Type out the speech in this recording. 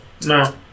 No